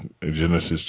Genesis